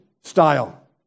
Style